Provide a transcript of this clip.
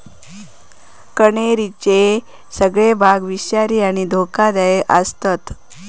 कण्हेरीचे सगळे भाग विषारी आणि धोकादायक आसतत